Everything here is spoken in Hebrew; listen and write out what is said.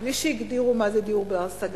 בלי שהגדירו מה זה דיור בר-השגה,